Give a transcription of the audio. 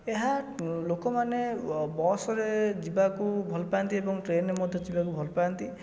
ଏହା ଲୋକମାନେ ବସ୍ରେ ଯିବାକୁ ଭଲପାଆନ୍ତି ଏବଂ ଟ୍ରେନ୍ରେ ମଧ୍ୟ ଯିବାକୁ ଭଲପାଆନ୍ତି